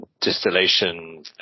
distillation